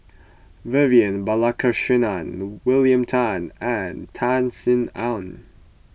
Vivian Balakrishnan William Tan and Tan Sin Aun